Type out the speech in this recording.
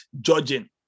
judging